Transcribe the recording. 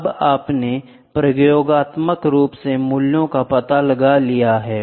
अब आपने प्रयोगात्मक रूप से मूल्यों का पता लगा लिया है